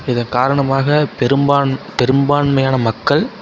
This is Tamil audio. இது காரணமாக பெருபான் பெருபான்மையான மக்கள்